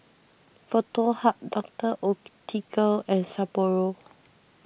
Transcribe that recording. Foto Hub Doctor Oetker and Sapporo